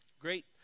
Great